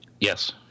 Yes